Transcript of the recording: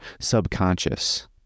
subconscious